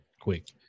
quick